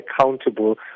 accountable